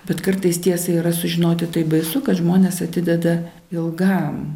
bet kartais tiesą yra sužinoti taip baisu kad žmonės atideda ilgam